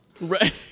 Right